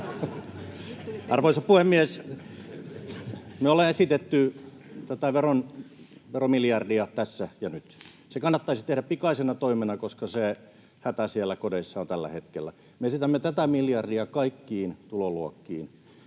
Arvoisa puhemies! Me ollaan esitetty tätä veromiljardia tässä ja nyt. Se kannattaisi tehdä pikaisena toimena, koska se hätä siellä kodeissa on tällä hetkellä. Me esitämme tätä miljardia kaikkiin tuloluokkiin.